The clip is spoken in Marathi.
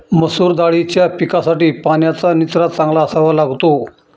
मसूर दाळीच्या पिकासाठी पाण्याचा निचरा चांगला असावा लागतो